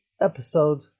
episode